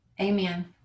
Amen